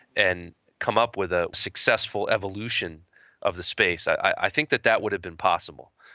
and come up with a successful evolution of the space. i think that that would have been possible.